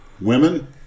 Women